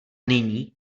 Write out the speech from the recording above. nyní